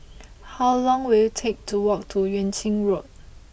how long will it take to walk to Yuan Ching Road